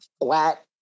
flat